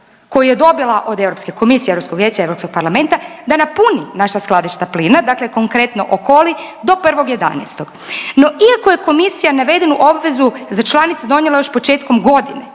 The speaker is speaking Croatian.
koju je dobila od Europske komisije, Europskog vijeća, Europskog parlamenta da napuni naša skladišta plina, dakle konkretno Okoli do 1.11. No iako je komisija navedenu obvezu za članice donijela još početkom godine,